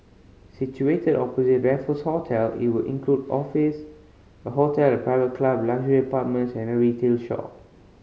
situated opposite Raffles Hotel it will include office a hotel a private club luxury apartments and a retail shop